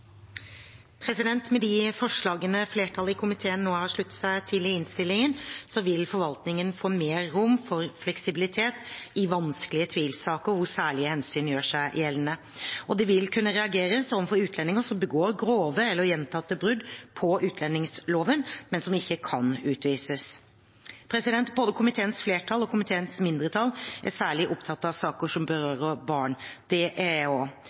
Med de forslagene flertallet i komiteen nå har sluttet seg til i innstillingen, vil forvaltningen få mer rom for fleksibilitet i vanskelige tvilssaker hvor særlige hensyn gjør seg gjeldende, og det vil kunne reageres overfor utlendinger som begår grove eller gjentatte brudd på utlendingsloven, men som ikke kan utvises. Både komiteens flertall og komiteens mindretall er særlig opptatt av saker som berører barn. Det er jeg